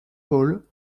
paul